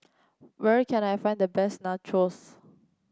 where can I find the best Nachos